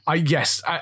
yes